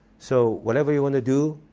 so whatever you want to do,